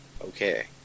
okay